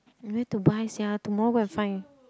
where to buy sia tomorrow go and find